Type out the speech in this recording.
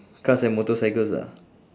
cars and motorcycles ah